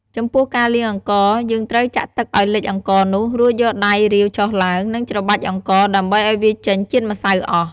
ចំំពោះការលាងអង្ករ យើងត្រូវចាក់ទឹកឱ្យលិចអង្ករនោះ រួចយកដៃរាវចុះឡើង និងច្របាច់អង្ករ ដើម្បឱ្យវាចេញជាតិម្សៅអស់។